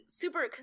super